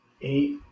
eight